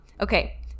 Okay